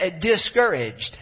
discouraged